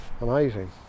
Amazing